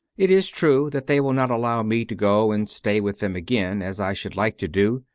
it is true that they will not allow me to go and stay with them again as i should like to do,